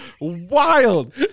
wild